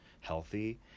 healthy